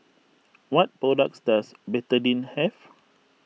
what products does Betadine have